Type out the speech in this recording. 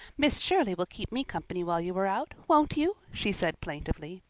miss shirley will keep me company while you are out won't you? she said plaintively.